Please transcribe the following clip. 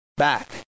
back